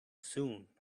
soon